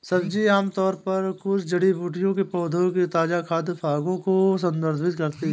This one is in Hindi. सब्जी आमतौर पर कुछ जड़ी बूटियों के पौधों के ताजा खाद्य भागों को संदर्भित करता है